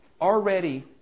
already